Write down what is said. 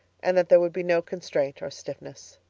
and that there would be no constraint or stiffness.